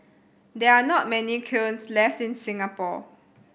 there are not many kilns left in Singapore